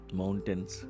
mountains